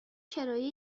کرایه